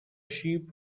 sheep